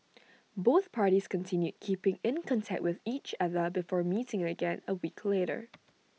both parties continued keeping in contact with each other before meeting again A week later